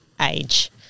age